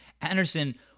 Anderson